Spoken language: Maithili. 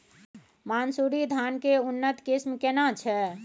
मानसुरी धान के उन्नत किस्म केना छै?